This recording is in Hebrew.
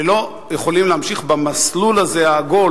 שלא יכולים להמשיך במסלול הזה העגול